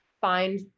find